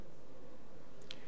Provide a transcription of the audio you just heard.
וזו ההזדמנות,